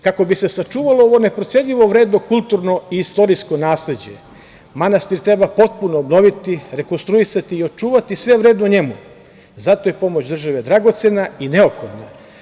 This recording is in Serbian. Kako bi se sačuvalo ovo neprocenjivo vredno kulturno i istorijsko nasleđe, manastir treba potpuno obnoviti, rekonstruisati i očuvati sve vredno u njemu, zato je pomoć države dragocena i neophodna.